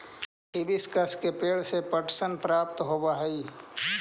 hibiscus के पेंड़ से पटसन प्राप्त होव हई